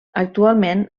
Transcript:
actualment